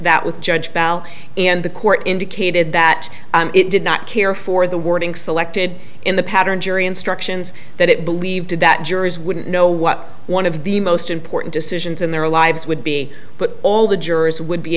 that with judge bell and the court indicated that it did not care for the wording selected in the pattern jury instructions that it believed that juries wouldn't know what one of the most important decisions in their lives would be but all the jurors would be